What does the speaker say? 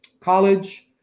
college